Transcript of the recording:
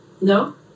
No